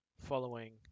following